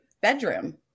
bedroom